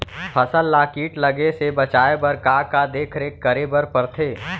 फसल ला किट लगे से बचाए बर, का का देखरेख करे बर परथे?